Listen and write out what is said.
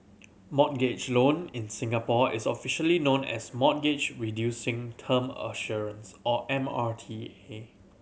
mortgage loan in Singapore is officially known as Mortgage Reducing Term Assurance or M R T A